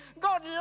God